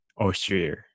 austria